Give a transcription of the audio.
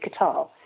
Qatar